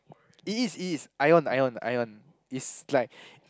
it is it is Ion Ion Ion is like